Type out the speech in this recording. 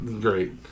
Great